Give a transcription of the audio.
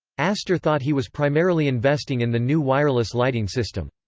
astor thought he was primarily investing in the new wireless lighting system.